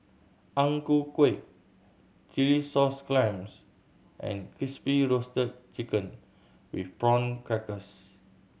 Ang Ku Kueh chilli sauce clams and Crispy Roasted Chicken with Prawn Crackers